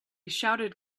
shouted